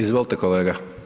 Izvolite kolega.